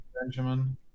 Benjamin